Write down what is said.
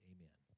Amen